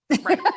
right